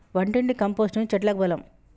వంటింటి కంపోస్టును చెట్లకు బలం